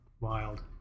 Wild